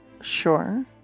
Sure